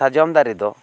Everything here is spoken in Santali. ᱥᱟᱨᱡᱚᱢ ᱫᱟᱨᱮ ᱫᱚ